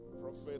Prophet